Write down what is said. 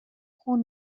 خون